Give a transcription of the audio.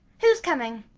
who's coming?